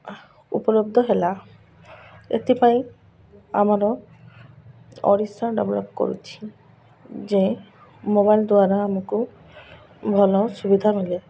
ଉପଲବ୍ଧ ହେଲା ଏଥିପାଇଁ ଆମର ଓଡ଼ିଶା ଡ଼େଭଲପ୍ କରୁଛି ଯେ ମୋବାଇଲ୍ ଦ୍ଵାରା ଆମକୁ ଭଲ ସୁବିଧା ମିଲେ